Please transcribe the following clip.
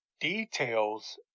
details